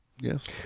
yes